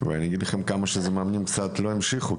והרבה מאמנים לא המשיכו,